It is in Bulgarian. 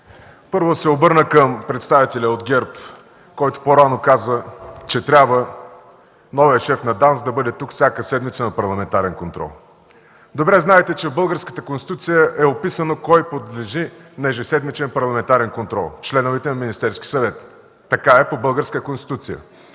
Първо ще се обърна към представителя от ГЕРБ, който по-рано каза, че новият шеф на ДАНС трябва да бъде тук всяка седмица на парламентарен контрол. Добре знаете, че в българската Конституция е описано кой подлежи на ежеседмичен парламентарен контрол – членовете на Министерския съвет. Така е по българската Конституция.